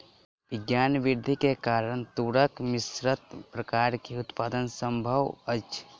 विज्ञान वृद्धि के कारण तूरक मिश्रित प्रकार के उत्पादन संभव अछि